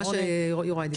מה שיוראי דיבר עליו.